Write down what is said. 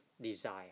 desire